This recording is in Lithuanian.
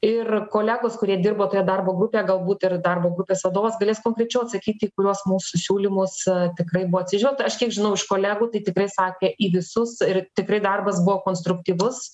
ir kolegos kurie dirbo toje darbo grupėje galbūt ir darbo grupės vadovas galės konkrečiau atsakyti į kuriuos mūsų siūlymus tikrai buvo atsižvelgta aš kiek žinau iš kolegų tai tikrai sakė į visus ir tikrai darbas buvo konstruktyvus